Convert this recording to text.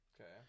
Okay